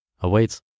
awaits